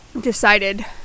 decided